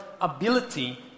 ability